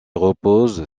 repose